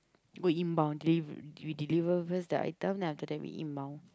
go inbound deliv~ we deliver first the item then after that we inbound